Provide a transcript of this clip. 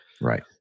Right